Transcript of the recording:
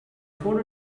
found